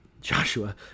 Joshua